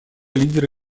лидера